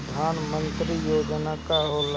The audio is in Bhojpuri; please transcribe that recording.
परधान मंतरी योजना का होला?